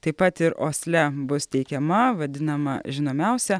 taip pat ir osle bus teikiama vadinama žinomiausia